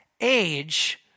age